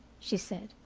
she said.